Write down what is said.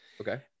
Okay